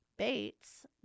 Bates